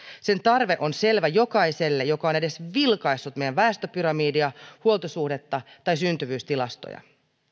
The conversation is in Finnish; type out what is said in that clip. sen tarve on selvä jokaiselle joka on edes vilkaissut meidän väestöpyramidiamme huoltosuhdettamme tai syntyvyystilastojamme